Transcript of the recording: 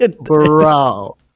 Bro